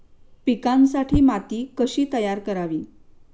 पिकांसाठी माती कशी तयार करावी?